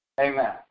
Amen